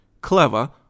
clever